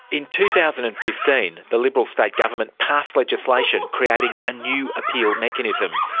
in two thousand and fifteen, the liberal state government passed legislation creating a new appeal mechanism.